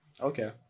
Okay